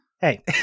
Hey